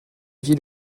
vit